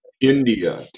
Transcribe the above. India